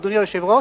אדוני היושב-ראש,